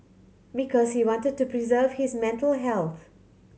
because he wanted to preserve his mental health